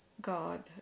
God